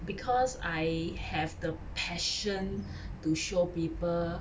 because I have the passion to show people